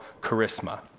charisma